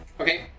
Okay